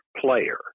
player